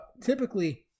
typically